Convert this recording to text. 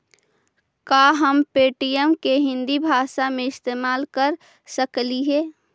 का हम पे.टी.एम के हिन्दी भाषा में इस्तेमाल कर सकलियई हे?